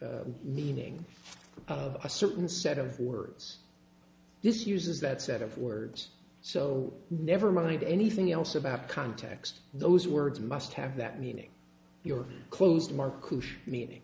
d meaning of a certain set of words this uses that set of words so never mind anything else about context those words must have that meaning you're closed markku meaning